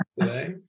today